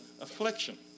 affliction